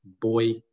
boy